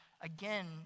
again